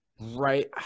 Right